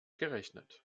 gerechnet